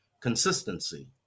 consistency